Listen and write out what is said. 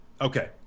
Okay